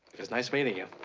was nice meeting you.